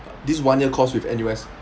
this one year course with N_U_S